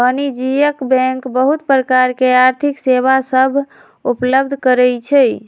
वाणिज्यिक बैंक बहुत प्रकार के आर्थिक सेवा सभ उपलब्ध करइ छै